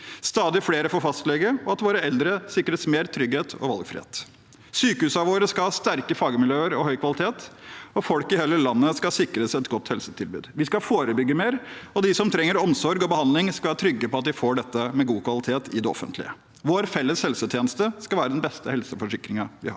Stadig flere får fastlege, og våre eldre sikres mer trygghet og valgfrihet. Sykehusene våre skal ha sterke fagmiljøer og høy kvalitet, og folk i hele landet skal sikres et godt helsetilbud. Vi skal forebygge mer, og de som trenger omsorg og behandling, skal være trygge på at de får dette med god kvalitet i det offentlige. Vår felles helsetjeneste skal være den beste helseforsikringen vi har.